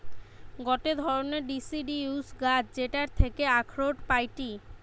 গটে ধরণের ডিসিডিউস গাছ যেটার থাকি আখরোট পাইটি